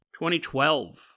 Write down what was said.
2012